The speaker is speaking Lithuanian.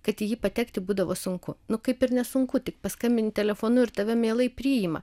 kad į jį patekti būdavo sunku nu kaip ir nesunku tik paskambini telefonu ir tave mielai priima